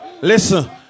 Listen